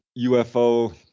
UFO